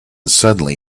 suddenly